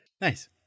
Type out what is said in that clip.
Nice